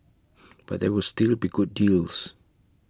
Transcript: but there will still be good deals